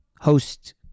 host